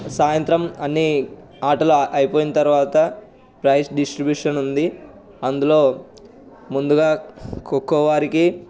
సాయంత్రం అన్ని ఆటలు అయిపోయిన తర్వాత ప్రైస్ డిస్ట్రిబ్యూషన్ ఉంది అందులో ముందుగా ఖోఖో వారికి